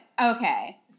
okay